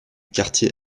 quartier